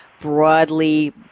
broadly